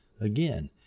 Again